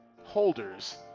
holders